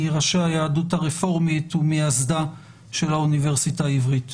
מראשי היהדות הרפורמית ומייסדה של האוניברסיטה העברית.